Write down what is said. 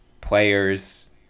players